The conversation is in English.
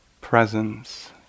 presence